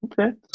Okay